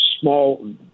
small